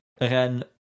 Again